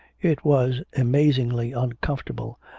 it was amazingly uncomfortable,